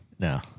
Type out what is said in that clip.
No